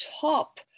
top